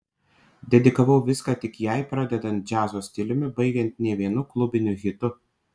dedikavau viską tik jai pradedant džiazo stiliumi baigiant ne vienu klubiniu hitu